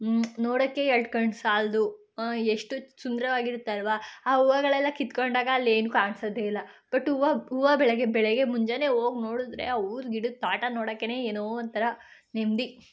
ನೋಡೋಕ್ಕೇ ಎರಡು ಕಣ್ಣು ಸಾಲದು ಎಷ್ಟು ಸುಂದರವಾಗಿರುತ್ತಲ್ವಾ ಆ ಹೂವುಗಳೆಲ್ಲ ಕಿತ್ತುಕೊಂಡಾಗ ಅಲ್ಲಿ ಏನೂ ಕಾಣಿಸೋದೇ ಇಲ್ಲ ಬಟ್ ಹೂವು ಹೂವು ಬೆಳಿಗ್ಗೆ ಬೆಳಿಗ್ಗೆ ಮುಂಜಾನೆ ಹೋಗಿ ನೋಡಿದ್ರೆ ಹೂವಿನ ಗಿಡದ ತೋಟ ನೋಡೋಕ್ಕೇ ಏನೋ ಒಂಥರ ನೆಮ್ಮದಿ